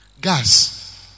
Gas